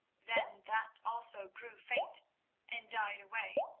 then that also grew faint and died away,